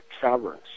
Caverns